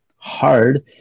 hard